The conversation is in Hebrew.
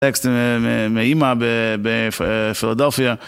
טקסט מאמא בפילדלפיה